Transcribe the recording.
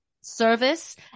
service